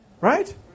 Right